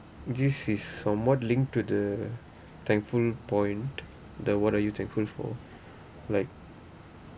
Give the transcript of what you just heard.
this is somewhat linked to the thankful point the what're you thankful for like